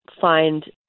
find